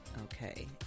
okay